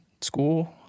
school